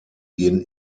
gehen